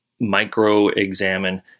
micro-examine